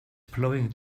plowing